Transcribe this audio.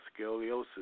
Scoliosis